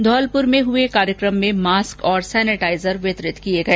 धौलपुर में हुए कार्यक्रम में मास्क और सेनेटाइजर वितरित किए गए